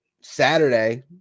Saturday